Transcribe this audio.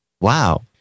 Wow